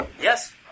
Yes